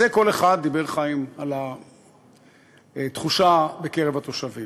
אז כל אחד, דיבר חיים על התחושה בקרב התושבים.